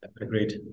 Agreed